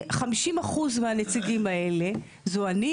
זו תקלה.